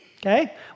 Okay